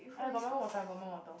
I got more water I got more water